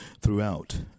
throughout